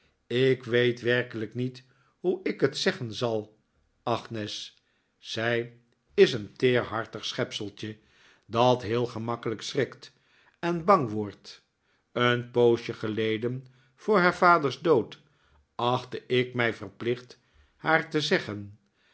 ik weet werkelijk niet hoe ik het zeggenzal agnes zij is een teerhartig schepseltje dat heel gemakkelijk schrikt en bang wordt een poosje geleden voor haar vaders dood achtte ik mij verplicht haar te zeggen